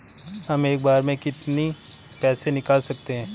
हम एक बार में कितनी पैसे निकाल सकते हैं?